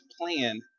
plan